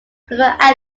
glycol